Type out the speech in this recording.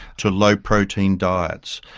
to low protein diets.